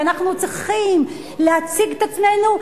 ואנחנו צריכים להציג את עצמנו,